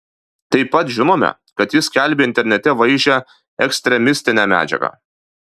taip pat žinome kad jis skelbė internete vaizdžią ekstremistinę medžiagą